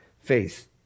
Faith